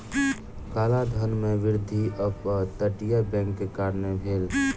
काला धन में वृद्धि अप तटीय बैंक के कारणें भेल